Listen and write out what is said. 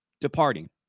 departing